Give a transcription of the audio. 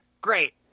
great